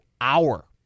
hour